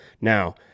Now